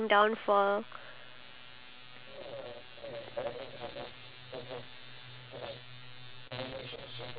and what I plan to do is I would plan to talk to the wife and the husband separately and I'll